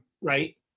Right